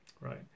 right